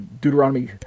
Deuteronomy